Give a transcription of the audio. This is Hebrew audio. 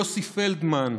יוסי פלדמן,